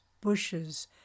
bushes